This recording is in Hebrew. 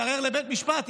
יערער לבית משפט,